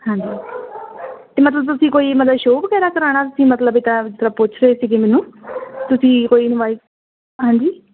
ਹਾਂਜੀ ਅਤੇ ਮਤਲਬ ਤੁਸੀਂ ਕੋਈ ਮਤਲਬ ਸ਼ੋਅ ਵਗੈਰਾ ਕਰਾਉਣਾ ਤੁਸੀਂ ਮਤਲਬ ਇੱਦਾਂ ਜਿੱਦਾਂ ਪੁੱਛ ਰਹੇ ਸੀਗੇ ਮੈਨੂੰ ਤੁਸੀਂ ਕੋਈ ਇਨਵਾਈਟ ਹਾਂਜੀ